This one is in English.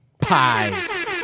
pies